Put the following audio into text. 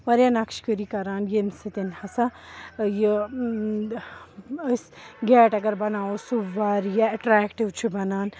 واریاہ نَقٕش کٲری کَران ییٚمہِ سۭتۍ ہَسا یہِ أسۍ گیٹ اگر بَناوو سُہ واریاہ اٮ۪ٹریکٹِو چھُ بَنان